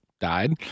died